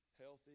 healthy